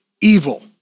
evil